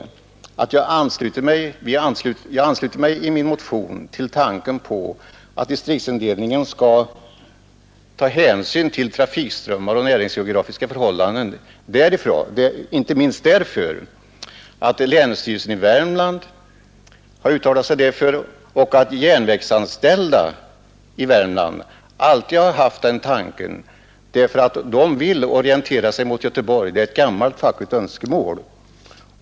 Vad jag sade var att jag ansluter mig i motionen till tanken på att distriktsindelningen skall ta hänsyn till trafikströmmar och näringsgeografiska förhållanden, inte minst därför att länsstyrelsen i Värmlands län har uttalat sig för detta och därför att de järnvägsanställda i Värmland alltid har haft denna tanke på grund av att de vill orientera sig mot Göteborg — det är ett gammalt fackligt önskemål.